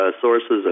sources